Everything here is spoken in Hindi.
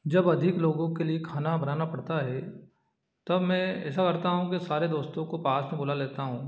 जब अधिक लोगों के लिए खाना बनाना पड़ता है तब मैं ऐसा करता हूँ कि सारे दोस्तों को पास में बुला लेता हूँ